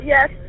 Yes